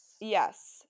Yes